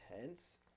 intense